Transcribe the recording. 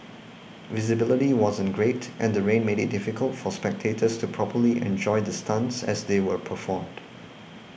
visibility wasn't great and the rain made it difficult for spectators to properly enjoy the stunts as they were performed